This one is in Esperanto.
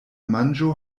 manĝo